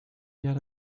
yet